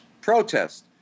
protest